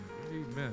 Amen